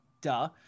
duh